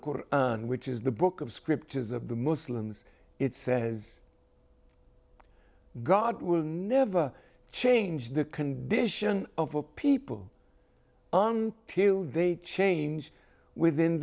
corner on which is the book of scriptures of the muslims it says god will never change the condition of our people till they change within